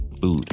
food